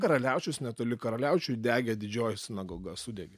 karaliaučius netoli karaliaučiuj degė didžioji sinagoga sudegė